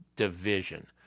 Division